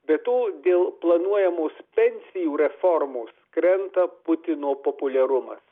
be to dėl planuojamos pensijų reformos krenta putino populiarumas